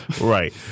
Right